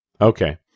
Okay